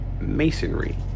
masonry